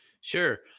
Sure